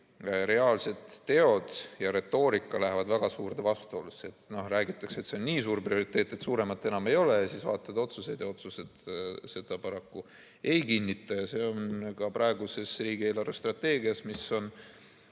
kui reaalsed teod ja retoorika on väga suures vastuolus. Räägitakse, et see on nii suur prioriteet, et suuremat enam ei ole. Siis vaatad otsuseid ja otsused seda paraku ei kinnita. Ka praeguses riigi eelarvestrateegias, mis on